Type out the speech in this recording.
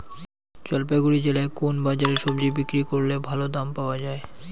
জলপাইগুড়ি জেলায় কোন বাজারে সবজি বিক্রি করলে ভালো দাম পাওয়া যায়?